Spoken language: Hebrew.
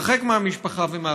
הרחק מהמשפחה ומהחברים.